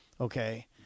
Okay